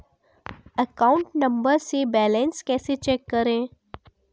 Account number से balance कैसे check करें?